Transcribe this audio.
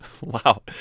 wow